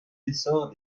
l’essor